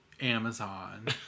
amazon